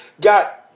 got